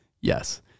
Yes